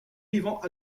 vivant